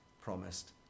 promised